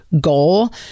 goal